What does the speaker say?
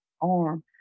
arm